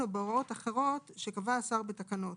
או בהוראות אחרות שקבע השר בתקנות,